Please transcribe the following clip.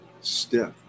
stiff